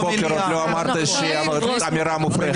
האמת שבבוקר עוד אמרת איזה אמירה מופרכת,